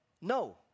No